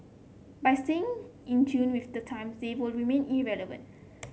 by staying in tune with the times they will remain irrelevant